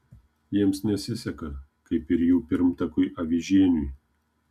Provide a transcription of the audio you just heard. jiems nesiseka kaip ir jų pirmtakui avižieniui